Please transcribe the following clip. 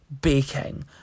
baking